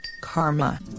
karma